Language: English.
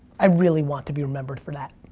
i really want to be remembered for that.